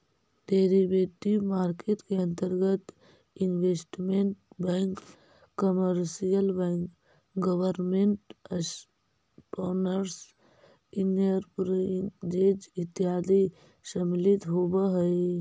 derivative market के अंतर्गत investment bank commercial bank government sponsored enterprises इत्यादि सम्मिलित होवऽ हइ